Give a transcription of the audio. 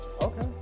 Okay